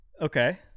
Okay